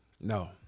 No